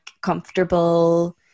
comfortable